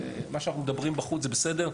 מה שאנחנו מדברים בחוץ זה בסדר,